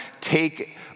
take